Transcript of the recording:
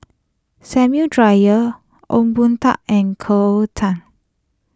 Samuel Dyer Ong Boon Tat and Cleo Thang